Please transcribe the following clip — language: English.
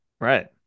Right